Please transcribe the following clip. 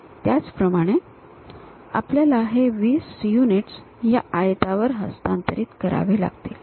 त्याचप्रमाणे आपल्याला हे 20 युनिट्स या आयतावर हस्तांतरित करावे लागतील